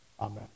Amen